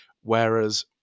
Whereas